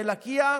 בלקיה,